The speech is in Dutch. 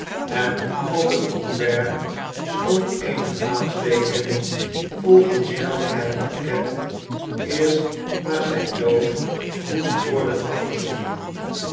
en op het couvert stond eene aanteekening volgens welke het pakket eerst na zijn dood moest worden